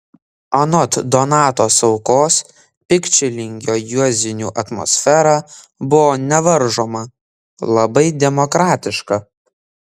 anot donato saukos pikčilingio juozinių atmosfera buvo nevaržoma labai demokratiška